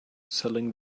selling